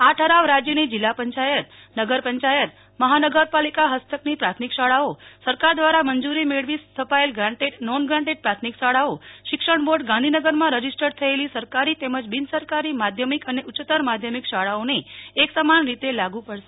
આ ઠરાવ રાજ્યની જિલ્લા પંચાયત નગર પંચાયત મહાનગરપાલિકા હસ્તકની પ્રાથમિક શાળાઓ સરકાર દ્વારા મંજૂરી મેળવી સ્થપાયેલ ગ્રાન્ટેડ નોન ગ્રાન્ટેડ પ્રાથમિક શાળાઓ શિક્ષણ બોર્ડ ગાંધીનગરમાં રજિસ્ટર્ડ થયેલ સરકારી તેમજ બિનસરકારી માધ્યમિક અને ઉચ્ચતર માધ્યમિક શાળાઓને એકસમાન રીતે લાગુ પડશે